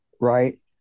right